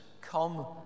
come